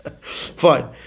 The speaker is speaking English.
Fine